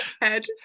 head